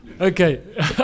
Okay